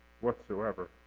whatsoever